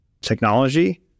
technology